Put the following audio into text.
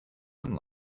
some